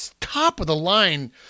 top-of-the-line